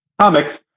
comics